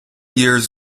years